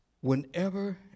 Whenever